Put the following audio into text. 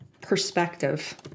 perspective